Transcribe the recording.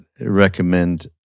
recommend